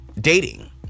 dating